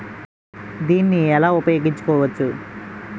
దీన్ని ఎలా ఉపయోగించు కోవచ్చు?